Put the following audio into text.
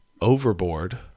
Overboard